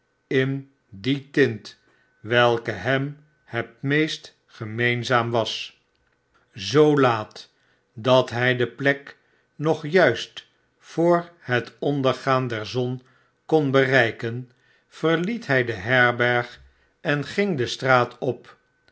in die tint welke hem het meest gemeenzaam was zoo laat dat hij de plek nog juist voor het ondergaan der zon kon bereiken verliet hij de herberg en ging de straat op